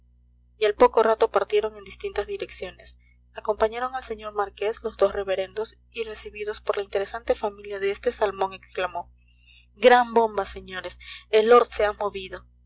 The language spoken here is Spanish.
y al poco rato partieron en distintas direcciones acompañaron al señor marqués los dos reverendos y recibidos por la interesante familia de este salmón exclamó gran bomba señores el lord se ha movido